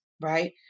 right